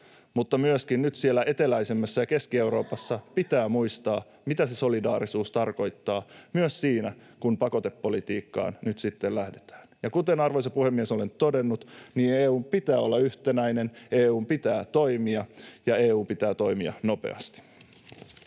nyt myöskin siellä eteläisemmässä ja Keski-Euroopassa pitää muistaa, mitä se solidaarisuus tarkoittaa myös siinä, kun pakotepolitiikkaan nyt sitten lähdetään. Ja kuten, arvoisa puhemies, olen todennut, EU:n pitää olla yhtenäinen, EU:n pitää toimia ja EU:n pitää toimia nopeasti.